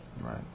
Right